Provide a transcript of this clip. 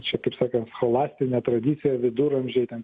čia taip sakant scholastinė tradicija viduramžiai ten